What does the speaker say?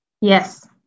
Yes